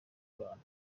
abana